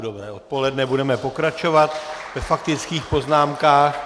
Dobré odpoledne, budeme pokračovat ve faktických poznámkách.